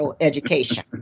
education